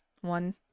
one